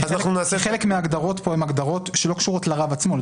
כי חלק מההגדרות פה הן הגדרות שלא קשורות לרב עצמו.